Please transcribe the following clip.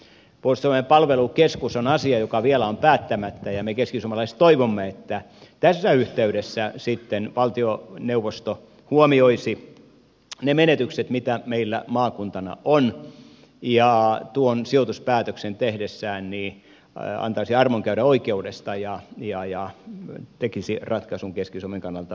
puolustusvoimien palvelukeskus on asia joka vielä on päättämättä ja me keskisuomalaiset toivomme että tässä yhteydessä sitten valtioneuvosto huomioisi ne menetykset mitä meillä maakuntana on ja tuon sijoituspäätöksen tehdessään antaisi armon käydä oikeudesta ja tekisi ratkaisun keski suomen kannalta positiivisen ratkaisun